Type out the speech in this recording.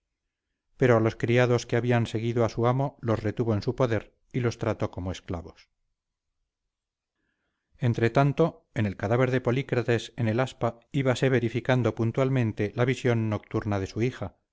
pero a los criados que habían seguido a su amo los retuvo en su poder y los trató como esclavos entretanto en el cadáver de polícrates en el aspa íbase verificando puntualmente la visión nocturna de su hija